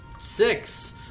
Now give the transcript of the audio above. Six